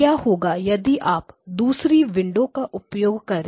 क्या होगा यदि आप दूसरी विंडो का उपयोग करें